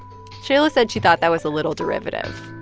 shaila said she thought that was a little derivative,